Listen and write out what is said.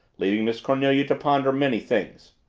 leaving miss cornelia to ponder many things.